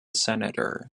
senator